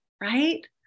right